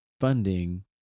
funding